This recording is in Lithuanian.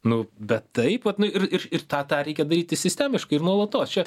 nu bet taip vat nu ir ir ir tą tą reikia daryti sistemiškai ir nuolatos čia